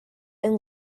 and